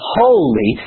holy